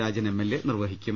Rajan M L A നിർവ്വഹിക്കും